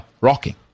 rocking